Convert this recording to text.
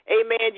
amen